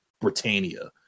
britannia